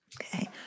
Okay